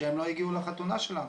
שהם לא הגיעו לחתונה שלנו.